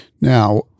Now